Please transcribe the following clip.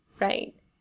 Right